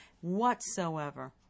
whatsoever